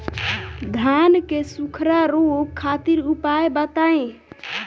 धान के सुखड़ा रोग खातिर उपाय बताई?